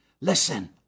Listen